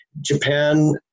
Japan